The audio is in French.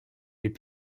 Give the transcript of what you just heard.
les